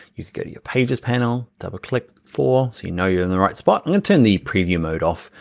you could go to your pages panel, double-click four so you know you're in the right spot. i'm gonna turn the preview mode off.